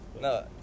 No